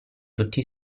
tutti